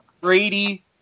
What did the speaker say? Brady